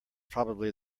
probably